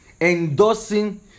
endorsing